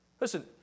Listen